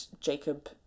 Jacob